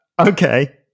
Okay